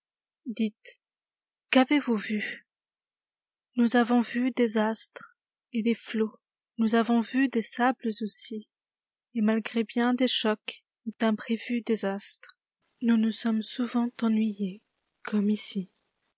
qu'avez-vous vu iv nous avons vu des astreset des flots nous avons vu des sables aussi et malgré bien des chocs et d'imprévus désastres nous nous sommes souvent ennuyés comme ici